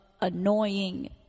annoying